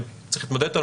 אבל צריך להתמודד איתו,